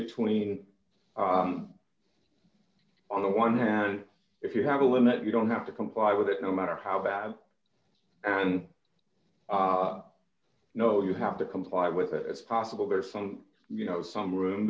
between on the one hand if you have a limit you don't have to comply with it no matter how bad and no you have to comply with it it's possible there from you know some